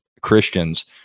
Christians